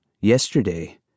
yesterday